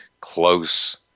close